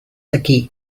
aquí